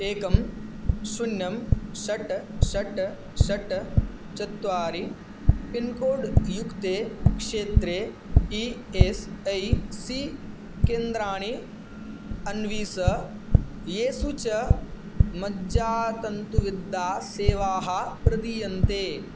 एकं शून्यं षट् षट् षट् चत्वारि पिन्कोड् युक्ते क्षेत्रे ई एस् ऐ सी केन्द्राणि अन्विष येषु च मज्जातन्तुविद्यासेवाः प्रदीयन्ते